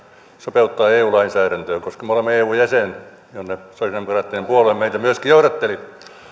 sopeuttaa eu lainsäädäntöön me olemme eun jäsen mihin sosiaalidemokraattinen puolue meitä myöskin johdatteli